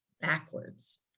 backwards